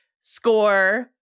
score